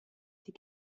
die